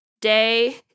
Day